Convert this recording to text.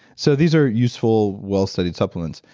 so these are useful well studied supplements.